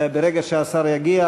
ברגע שהשר יגיע,